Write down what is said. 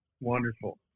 wonderful